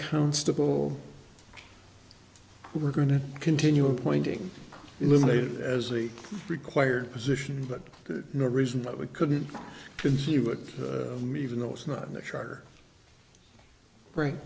constable we're going to continue appointing eliminated as the required position but no reason but we couldn't conceive of me even though it's not in the charter right